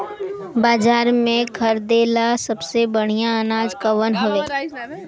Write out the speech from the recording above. बाजार में खरदे ला सबसे बढ़ियां अनाज कवन हवे?